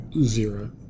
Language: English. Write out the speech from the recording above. Zero